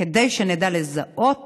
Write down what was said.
כדי שנדע לזהות